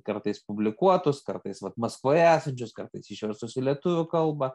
kartais publikuotus kartais vat maskvoje esančius kartais išverstus į lietuvių kalbą